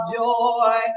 joy